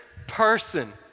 person